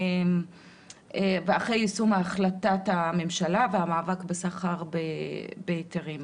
ואחרי יישום החלטת הממשלה והמאבק בסחר בהיתרים.